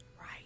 Right